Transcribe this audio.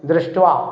दृष्ट्वा